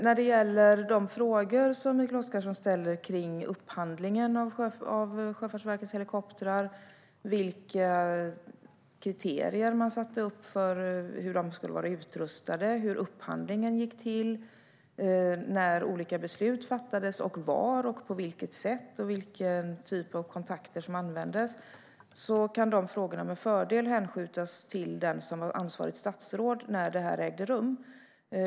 När det gäller de frågor som Mikael Oscarsson ställer kring upphandlingen av Sjöfartsverkets helikoptrar, vilka kriterier man satte upp för hur de skulle vara utrustade, hur upphandlingen gick till, när olika beslut fattades, var och på vilket sätt det skedde och vilken typ av kontakter som användes, kan de frågorna med fördel hänskjutas till den som var ansvarigt statsråd när detta ägde rum.